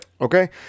Okay